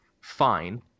Fine